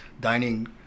dining